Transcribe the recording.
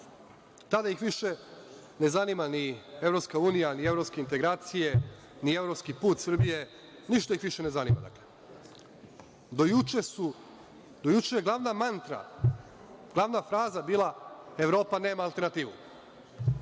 tada ih više ne zanima ni EU, ni evropske integracije, ni evropski put Srbije, ništa ih više ne zanima. Do juče je glavna mantra, glavna fraza bila Evropa nema alternativu.